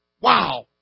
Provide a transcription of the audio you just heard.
Wow